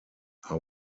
are